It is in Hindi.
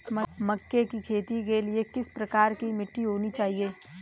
मक्के की खेती के लिए किस प्रकार की मिट्टी होनी चाहिए?